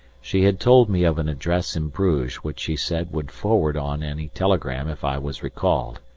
she had told me of an address in bruges which she said would forward on any telegram if i was recalled,